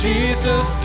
Jesus